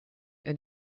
and